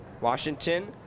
Washington